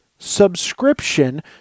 Subscription